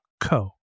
co